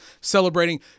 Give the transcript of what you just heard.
celebrating